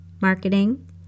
marketing